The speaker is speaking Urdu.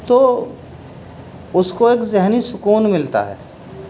تو اس کو ایک ذہنی سکون ملتا ہے